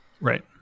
Right